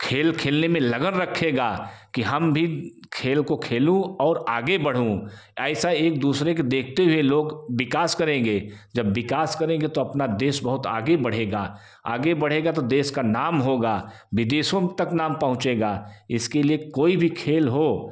खेल खेलने में लगन रखेगा कि हम भी खेल को खेलें और आगे बढ़ें ऐसा का दूसरे के देखते हुए लोग विकास करेंगे जब विकास करेंगे तो अपना देश बहुत आगे बढ़ेगा आगे बढ़ेगा तो देश का नाम होगा विदेशों तक नाम पहुँचेगा इसके लिए कोई भी खेल हो